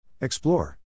Explore